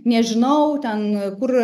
nežinau ten kur